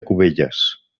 cubelles